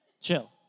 chill